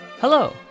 hello